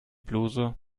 bluse